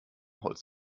holz